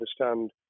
understand